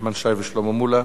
נחמן שי ושלמה מולה